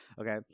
Okay